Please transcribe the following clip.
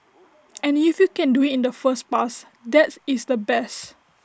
and if you can do IT in the first pass that is the best